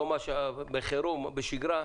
לא בחירום או בשגרה,